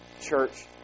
church